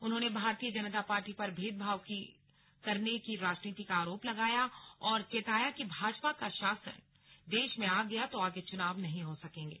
उन्होंने भारतीय जनता पार्टी पर भेदभाव की करने राजनीति का आरोप लगाया और चेताया कि भाजपा का शासन देश में आ गया तो आगे चुनाव नहीं हो सकेंगे